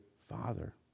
father